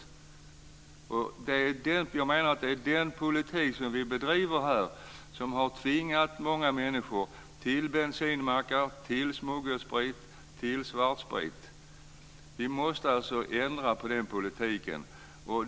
Jag menar att det är den politik som vi bedriver här som har tvingat många människor till bensinmackar, till smuggelsprit, till svartsprit. Vi måste alltså ändra på den politiken.